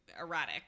erratic